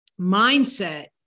Mindset